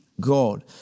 God